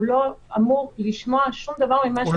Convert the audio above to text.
הוא לא אמור לשמוע שום דבר ממה שקורה